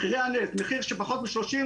מחירי הנפט,